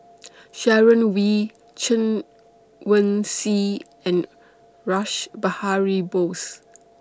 Sharon Wee Chen Wen Hsi and Rash Behari Bose